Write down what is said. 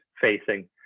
facing